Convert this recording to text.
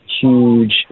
huge